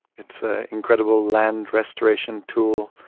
it's an incredible land restoration tool.